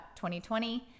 2020